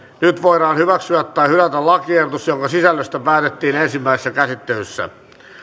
nyt voidaan hyväksyä tai hylätä lakiehdotus jonka sisällöstä päätettiin ensimmäisessä käsittelyssä